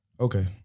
Okay